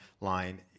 line